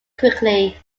quickly